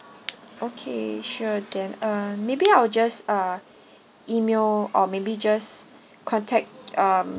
okay sure than uh maybe I'll just uh email or maybe just contact um